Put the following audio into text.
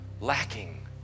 lacking